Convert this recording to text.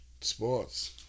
sports